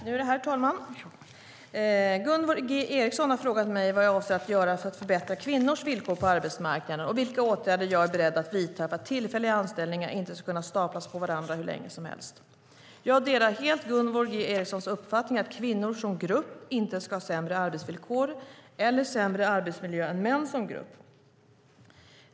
Herr talman! Gunvor G Ericson har frågat mig vad jag avser att göra för att förbättra kvinnors villkor på arbetsmarknaden och vilka åtgärder jag är beredd att vidta för att tillfälliga anställningar inte ska kunna staplas på varandra hur länge som helst. Jag delar helt Gunvor G Ericsons uppfattning att kvinnor som grupp inte ska ha sämre arbetsvillkor eller sämre arbetsmiljö än män som grupp.